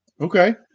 Okay